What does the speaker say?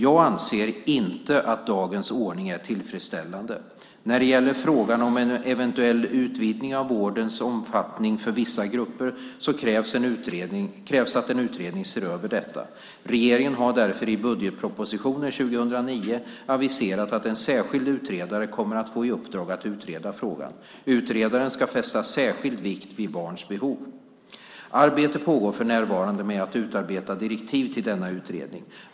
Jag anser inte att dagens ordning är tillfredsställande. När det gäller frågan om en eventuell utvidgning av vårdens omfattning för vissa grupper krävs att en utredning ser över detta. Regeringen har därför i budgetpropositionen för 2009 aviserat att en särskild utredare kommer att få i uppdrag att utreda frågan. Utredaren ska fästa särskild vikt vid barns behov. Arbete pågår för närvarande med att utarbeta direktiv till denna utredning.